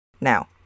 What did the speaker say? Now